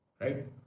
Right